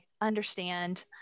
understand